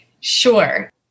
Sure